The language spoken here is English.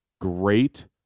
great